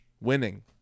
winning